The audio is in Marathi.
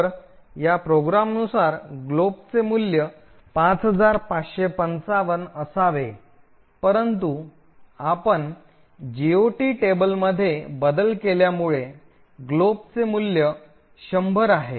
तर या प्रोग्राम नुसार ग्लोबचे मूल्य 5555 असावे परंतु आपण जीओटी टेबलमध्ये बदल केल्यामुळे ग्लोबचे मूल्य 100 आहे